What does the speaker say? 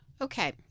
Okay